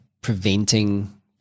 preventing